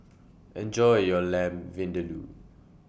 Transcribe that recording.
Enjoy your Lamb Vindaloo